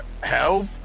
Help